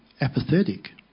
apathetic